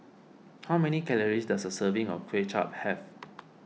how many calories does a serving of Kway Chap have